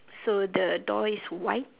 so the door is white